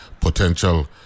potential